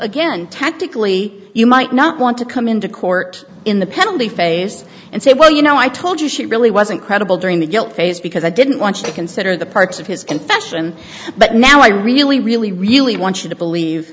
again tactically you might not want to come into court in the penalty phase and say well you know i told you she really wasn't credible during the guilt phase because i didn't want to consider the parts of his confession but now i really really really want you to believe